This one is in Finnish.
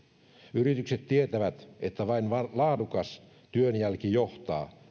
yritykset tietävät että vain laadukas työnjälki johtaa